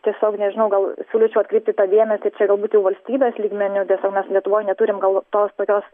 tiesiog nežinau gal siūlyčiau atkreipti dėmesį čia galbūt jau valstybės lygmeniu tiesa mes lietuvoj neturim gal tos tokios